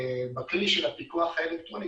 בכלי של הפיקוח האלקטרוני,